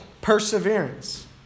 perseverance